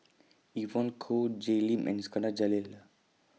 Evon Kow Jay Lim and Iskandar Jalil